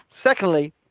secondly